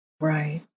Right